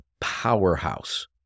powerhouse